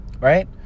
right